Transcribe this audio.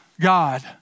God